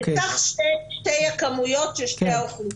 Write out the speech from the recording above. מתוך שתי הכמויות של שתי האוכלוסיות.